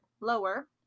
lower